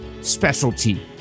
specialty